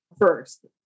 first